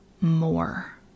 more